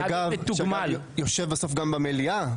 ואתה גם בסוף יושב במליאה.